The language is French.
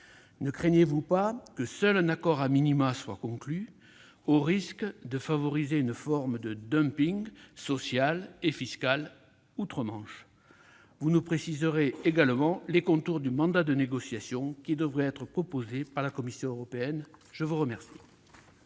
Ne craignez-vous pas que seul un accord soit conclu, au risque de favoriser une forme de dumping social et fiscal outre-Manche ? Vous nous préciserez également les contours du mandat de négociation qui devrait être proposé par la Commission européenne. La parole